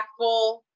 impactful